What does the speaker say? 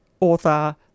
author